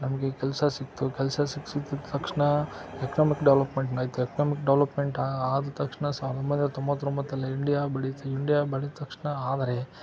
ನಮಗೆ ಕೆಲಸ ಸಿಕ್ತು ಕೆಲಸ ಸಿಕ್ದ ತಕ್ಷಣ ಎಕನಾಮಿಕ್ ಡೆವಲಪ್ಮೆಂಟ್ನ್ ಆಯಿತು ಎಕನಾಮಿಕ್ ಡೆವಲಪ್ಮೆಂಟ್ ಆ ಆದ ತಕ್ಷಣ ಸಾವಿರದ ಒಂಬೈನೂರ ತೊಂಬತ್ತೊಂಬತ್ತರಲ್ಲಿ ಇಂಡಿಯಾ ಬೆಳೀತು ಇಂಡಿಯಾ ಬೆಳೆದ ತಕ್ಷಣ ಆದರೆ